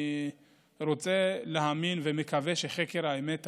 אני רוצה להאמין ומקווה שחקר האמת יגיע.